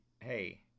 hey